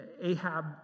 Ahab